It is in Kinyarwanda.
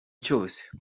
cyose